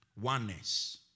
Oneness